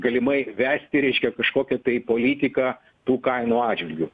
galimai vesti reiškia kažkokią tai politiką tų kainų atžvilgiu